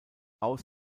aus